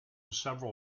several